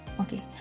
okay